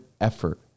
effort